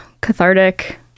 cathartic